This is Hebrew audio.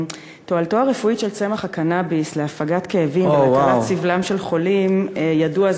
תועלתו הרפואית של צמח הקנאביס להפגת כאבים ולהקלת סבלם של חולים ידועה,